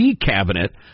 cabinet